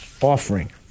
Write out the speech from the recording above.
offering